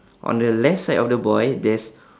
on the left side of the boy there's